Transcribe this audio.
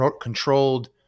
controlled